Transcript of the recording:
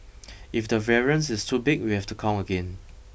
if the variance is too big we have to count again